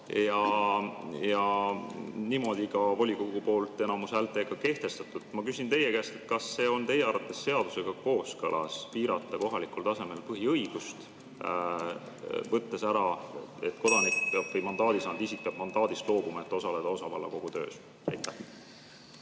ja niimoodi ka volikogu poolt häälteenamusega kehtestatud. Ma küsin, kas see on teie arvates seadusega kooskõlas, piirata kohalikul tasemel põhiõigust, võttes ära, et kodanik peab või mandaadi saanud isik peab mandaadist loobuma, et osaleda osavallakogu töös. Aitäh,